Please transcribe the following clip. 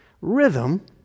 Rhythm